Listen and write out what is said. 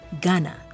Ghana